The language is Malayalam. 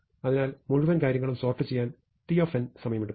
അതിനാൽ മുഴുവൻ കാര്യങ്ങളും സോർട്ട് ചെയ്യാൻ t സമയമെടുക്കും